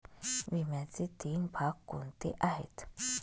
विम्याचे तीन भाग कोणते आहेत?